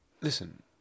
listen